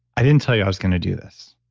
i didn't tell you i was going to do this,